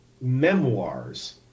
memoirs